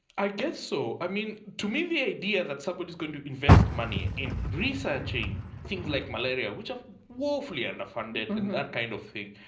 i guess so. i mean, to me the idea that somebody's going to invest money in researching things like malaria, which are woefully underfunded and that kind of thing,